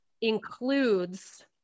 includes